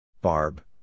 Barb